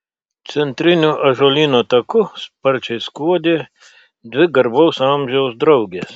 centriniu ąžuolyno taku sparčiai skuodė dvi garbaus amžiaus draugės